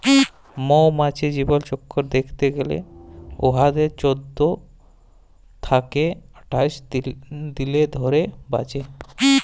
মমাছির জীবলচক্কর দ্যাইখতে গ্যালে উয়ারা চোদ্দ থ্যাইকে আঠাশ দিল ধইরে বাঁচে